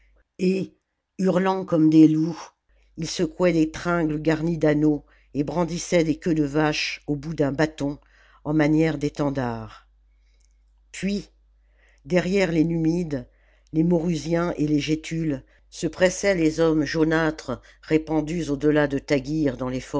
et hurlant comme des loups ils secouaient des tringles garnies d'anneaux et brandissaient des queues de vache au bout d'un bâton en manière d'étendards puis derrière les numides les maurusiens et les gétules se pressaient les hommes jaunâtres répandus au delà de taggir dans les